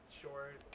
short